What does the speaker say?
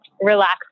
relax